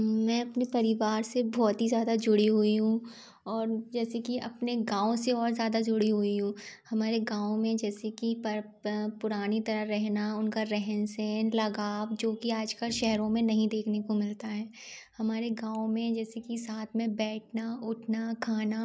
मैं अपने परिवार से बहुत ही ज़्यादा जुड़ी हुई हूँ और जैसे कि अपने गाँव से और ज़्यादा जुड़ी हुई हूँ हमारे गाँव में जैसे कि पर पुरानी तरह रहना उनका रहन सहन लगाव जो कि आज कल शहरों में नहीं देखने को मिलता है हमारे गाँव में जैसे कि साथ में बैठना उठना खाना